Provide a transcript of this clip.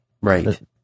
right